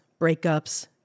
breakups